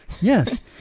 yes